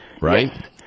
right